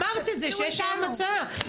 אמרת את זה שיש היום הצעה,